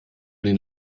den